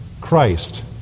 Christ